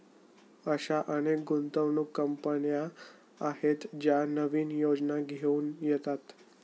अशा अनेक गुंतवणूक कंपन्या आहेत ज्या नवीन योजना घेऊन येतात